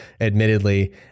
admittedly